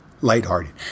lighthearted